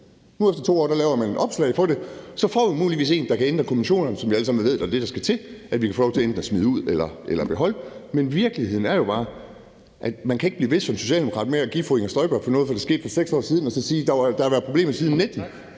Nu efter 2 år laver man et opslag om det, og så får vi muligvis en, der kan ændre konventionerne – som vi alle sammen ved er det, der skal til – så vi kan få lov til enten at smide dem ud eller beholde dem. Men virkeligheden er jo bare, at man som socialdemokrat ikke kan blive ved med at give fru Inger Støjberg skylden for noget, der skete for 6 år siden, og sige, at der har været problemer siden 2019.